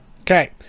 Okay